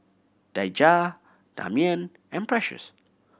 Daija Damian and Precious